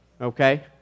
okay